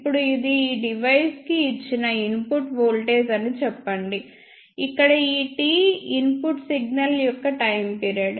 ఇప్పుడు ఇది ఈ డివైస్ కి ఇచ్చిన ఇన్పుట్ వోల్టేజ్ అని చెప్పండి ఇక్కడ ఈ T ఇన్పుట్ సిగ్నల్ యొక్క టైమ్ పిరియడ్